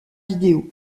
vidéo